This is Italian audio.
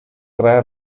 tre